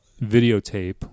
videotape